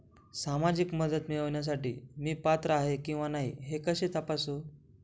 सामाजिक मदत मिळविण्यासाठी मी पात्र आहे किंवा नाही हे कसे तपासू?